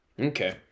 Okay